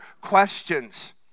questions